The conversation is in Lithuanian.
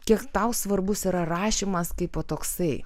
kiek tau svarbus yra rašymas kaipo toksai